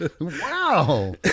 Wow